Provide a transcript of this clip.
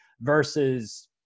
versus